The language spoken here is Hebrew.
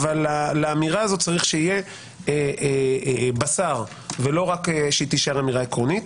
לאמירה הזאת צריך שיהיה בשר ולא רק שהיא תישאר אמירה עקרונית.